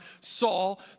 Saul